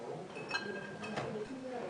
כי אם זאת תהיה אהבה,